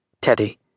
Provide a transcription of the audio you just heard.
Teddy